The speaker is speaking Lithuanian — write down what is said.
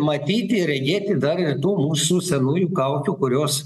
matyti ir regėti dar ir tų mūsų senųjų kaukių kurios